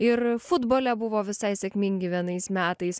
ir futbole buvo visai sėkmingi vienais metais